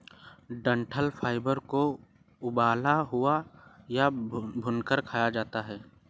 डंठल फाइबर को उबला हुआ या भूनकर खाया जाता है